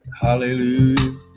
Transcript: hallelujah